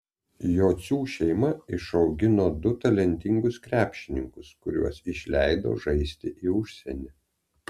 jocių šeima išaugino du talentingus krepšininkus kuriuos išleido žaisti į užsienį